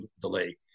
delay